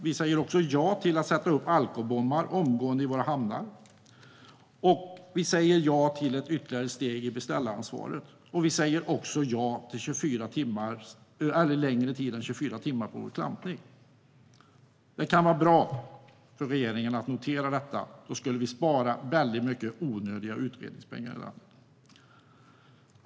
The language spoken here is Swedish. Vi säger också ja till att omgående sätta upp alkobommar i våra hamnar. Vi säger ja till ytterligare ett steg i beställaransvaret. Vi säger också ja till längre tid än 24 timmar vid klampning. Det kan vara bra för regeringen att notera detta. Då skulle vi spara väldigt mycket onödiga utredningspengar i det här landet.